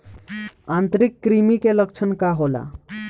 आंतरिक कृमि के लक्षण का होला?